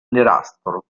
nerastro